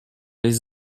les